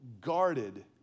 guarded